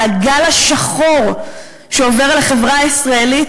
לגל השחור שעובר על החברה הישראלית,